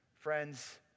Friends